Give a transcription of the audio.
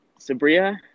Sabria